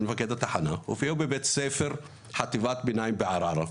הופיעו בבית הספר של חטיבת הביניים בערערה,